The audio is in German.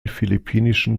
philippinischen